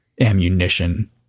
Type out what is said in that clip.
ammunition